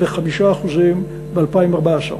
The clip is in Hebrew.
ו-5% ב-2014,